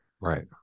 Right